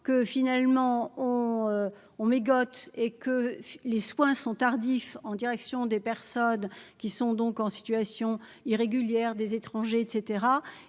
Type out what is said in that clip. que finalement on on mégote et que les soins sont tardifs en direction des personnes qui sont donc en situation irrégulière des étrangers et